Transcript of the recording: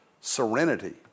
serenity